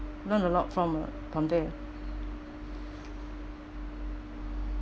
learn a lot from uh from there